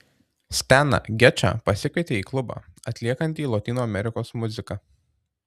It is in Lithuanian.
steną gečą pasikvietė į klubą atliekantį lotynų amerikos muziką